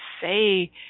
say